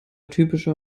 typische